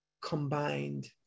combined